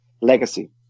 legacy